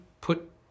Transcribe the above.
put